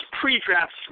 pre-draft